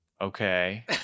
Okay